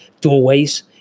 doorways